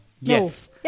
yes